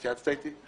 התייעצת איתי?